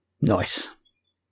Nice